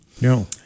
No